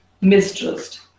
mistrust